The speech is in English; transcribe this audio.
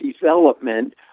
development